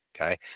Okay